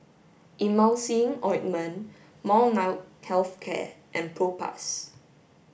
Emulsying Ointment Molnylcke health care and Propass